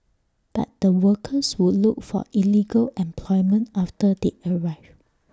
but the workers would look for illegal employment after they arrive